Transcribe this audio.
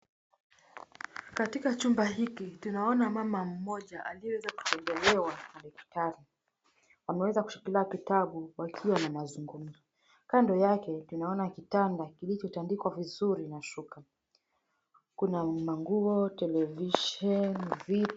Katika chumba hili tunaona mama mmoja aliyeweza kutembelewa na daktari, Wameweza kushikilia kitabu wakiwa wanazungumza. Kando yake tunaona kitanda kilichotandikwa vizuri na shuka. Kuna manguo, televisheni.